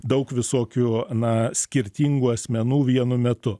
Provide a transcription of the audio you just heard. daug visokių na skirtingų asmenų vienu metu